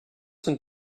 sind